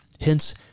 Hence